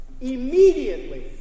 immediately